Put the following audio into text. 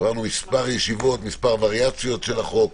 עברנו מספר ישיבות, מספר וריאציות של החוק.